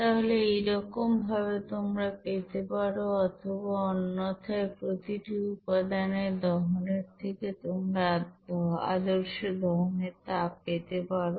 তাহলে এইরকম ভাবে তোমরা পেতে পারো অথবা অন্যথায় প্রতিটি উপাদানের দহনের থেকে তোমরা আদর্শ দহনের তাপ পেতে পারো